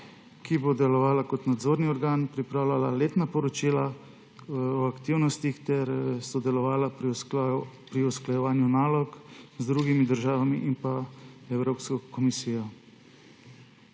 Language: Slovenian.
ki bo delovala kot nadzorni organ, pripravljala letna poročila o aktivnostih ter sodelovala pri usklajevanju nalog z drugimi državami in Evropsko komisijo.